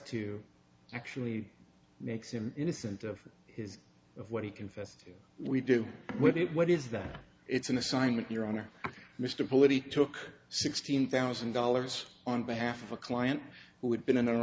to actually makes him innocent of his of what he confessed we do with it what is that it's an assignment your honor mr politike took sixteen thousand dollars on behalf of a client who had been in an